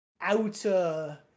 outer